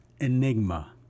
enigma